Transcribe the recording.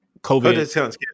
COVID